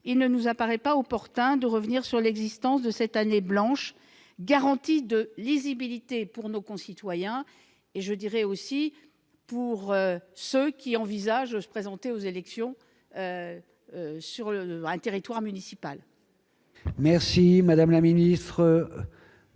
il ne nous paraît pas opportun de revenir sur l'existence de cette année blanche, garantie de lisibilité pour nos concitoyens, mais aussi pour ceux qui envisagent de se présenter aux élections sur un territoire municipal. La parole est